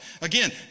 Again